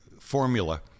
formula